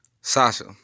Sasha